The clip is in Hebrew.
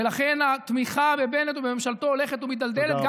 ולכן התמיכה בבנט ובממשלתו הולכת ומידלדלת.